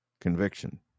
conviction